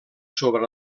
sobre